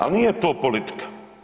Ali nije to politika.